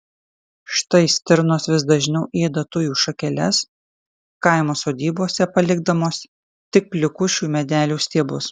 štai stirnos vis dažniau ėda tujų šakeles kaimo sodybose palikdamos tik plikus šių medelių stiebus